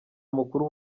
mukuru